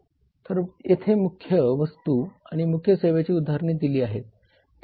तर येथे मुख्य वस्तू आणि मुख्य सेवेची उदाहरणे दिली आहेत